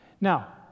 Now